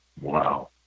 Wow